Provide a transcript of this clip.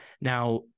Now